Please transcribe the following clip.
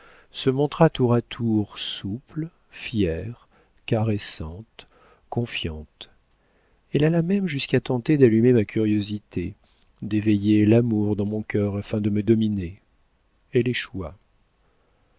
se montra tour à tour souple fière caressante confiante elle alla même jusqu'à tenter d'allumer ma curiosité d'éveiller l'amour dans mon cœur afin de me dominer elle échoua